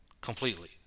completely